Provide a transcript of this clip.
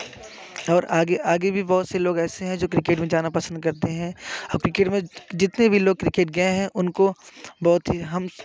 और आगे आगे भी बहुत से लोग ऐसे हैं जो क्रिकेट में जाना पसंद करते हैं अभी क्रिकेट में जितने भी लोग क्रिकेट गए हैं उनको बहुत ही हम